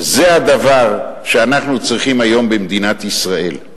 זה הדבר שאנחנו צריכים היום במדינת ישראל.